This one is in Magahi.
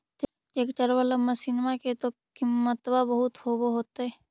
ट्रैक्टरबा बाला मसिन्मा के तो किमत्बा बहुते होब होतै?